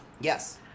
Yes